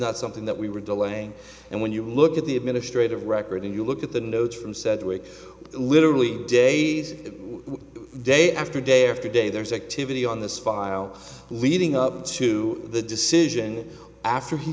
not something that we were delaying and when you look at the administrative record and you look at the notes from said we're literally days day after day after day there is activity on this file leading up to the decision after he